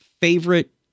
favorite